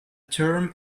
term